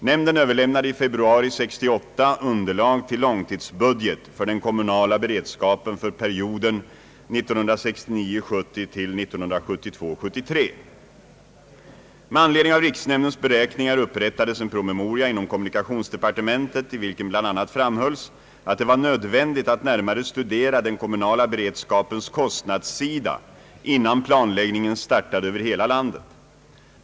Nämnden överlämnade i februari 1968 underlag till långtidsbudget för den kommunala beredskapen för perioden 1969 73. Med anledning av riksnämndens beräkningar upprättades en promemoria inom kommunikationsdepartementet i vilken bl.a. framhölls att det var nödvändigt att närmare studera den kommunala beredskapens kostnadssida innan planläggningen startade över hela landet.